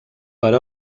per